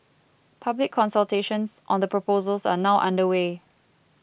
public consultations on the proposals are now underway